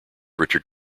richard